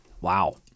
Wow